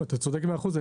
אתה צודק מאה אחוז.